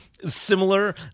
Similar